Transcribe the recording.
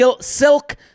silk